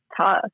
tough